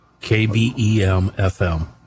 K-B-E-M-F-M